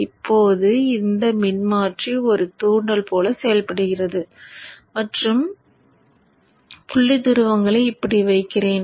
இப்போது இந்த மின்மாற்றி ஒரு தூண்டல் போல செயல்படுகிறது மற்றும் புள்ளி துருவங்களை இப்படி வைக்கிறேன்